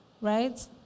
right